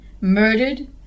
murdered